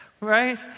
Right